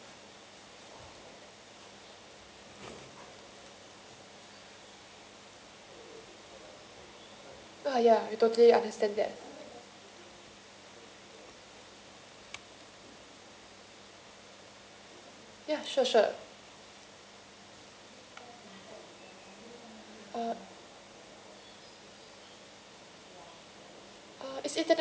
a'ah ya we totally understand that ya sure sure uh